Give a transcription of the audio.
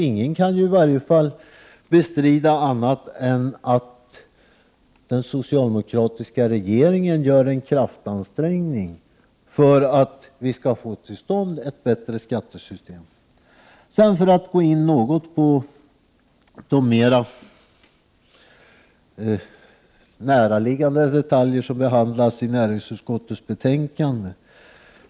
Ingen kan i varje fall bestrida att den socialdemokratiska regeringen gör en kraftansträngning för att vi skall få till stånd ett bättre skattesystem. Sedan skall jag gå in något på de mera näraliggande detaljer som behandlas i näringsutskottets betänkande.